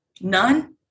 None